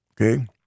okay